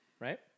Right